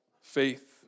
faith